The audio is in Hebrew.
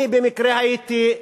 אני במקרה הייתי,